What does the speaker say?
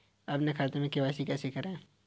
अपने खाते में के.वाई.सी कैसे कराएँ?